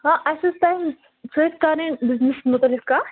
آ اَسہِ ٲس تۄہہِ سۭتۍ کَرٕنۍ بِزنِسس مُتعلِق کَتھ